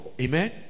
Amen